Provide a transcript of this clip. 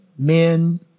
men